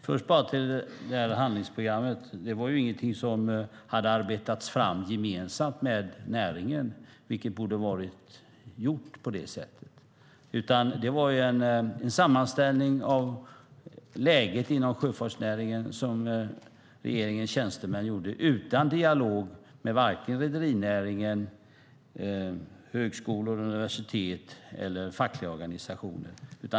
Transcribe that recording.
Fru talman! Först ska jag bara gå till det här handlingsprogrammet. Det var ju ingenting som hade arbetats fram gemensamt med näringen - det borde ha gjorts på det sättet - utan det var en sammanställning av läget inom sjöfartsnäringen som regeringens tjänstemän gjorde utan dialog med rederinäringen, högskolor och universitet eller fackliga organisationer.